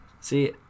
See